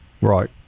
Right